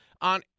on